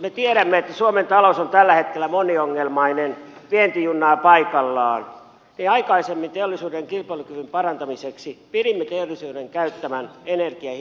me tiedämme että suomen talous on tällä hetkellä moniongelmainen vienti junnaa paikallaan mutta aikaisemmin teollisuuden kilpailukyvyn parantamiseksi pidimme teollisuuden käyttämän energian hinnan kilpailukykyisenä